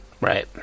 Right